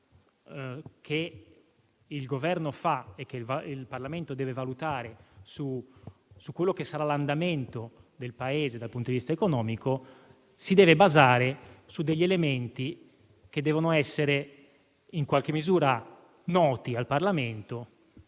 che il Governo fa e che il Parlamento deve valutare su quello che sarà l'andamento del Paese dal punto di vista economico, ovviamente si deve basare su elementi che devono essere in qualche misura noti al Parlamento